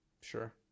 Sure